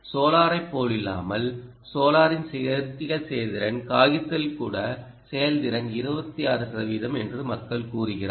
சோலாரைப் போலல்லாமல் சோலாரின் தியரிடிகல் செயல்திறன் காகிதத்தில் கூட செயல்திறன் 26 சதவிகிதம் என்று மக்கள் கூறுகிறார்கள்